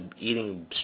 eating